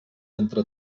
entre